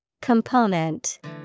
Component